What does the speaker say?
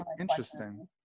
interesting